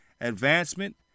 advancement